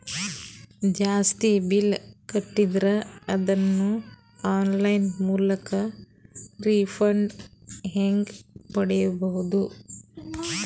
ಜಾಸ್ತಿ ಬಿಲ್ ಕಟ್ಟಿದರ ಅದನ್ನ ಆನ್ಲೈನ್ ಮೂಲಕ ರಿಫಂಡ ಹೆಂಗ್ ಪಡಿಬಹುದು?